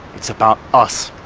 it's about us!